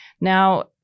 Now